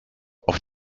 auf